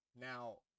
Now